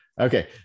Okay